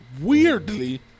weirdly